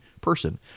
person